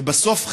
ובסוף,